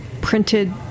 printed